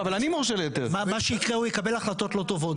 מה שיקרה הוא שהוא יקבל החלטות לא טובות,